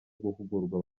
guhugurwa